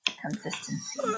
consistency